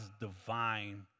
divine